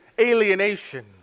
alienation